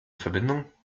verbindung